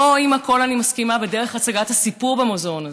לא לכול אני מסכימה בדרך הצגת הסיפור במוזיאון הזה,